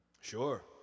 Sure